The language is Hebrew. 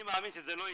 אני מאמין שזה לא יקרה,